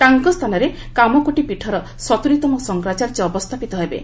ତାଙ୍କ ସ୍ଥାନରେ କାମକୋଟି ପୀଠର ସତୁରିତମ ଶଙ୍କରାଚାର୍ଯ୍ୟ ଅବସ୍ଥାପିତ ହେବେ